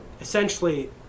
essentially